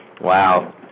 Wow